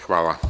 Hvala.